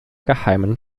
geheimen